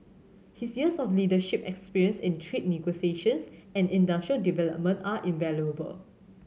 his years of leadership experience in trade negotiations and industrial development are invaluable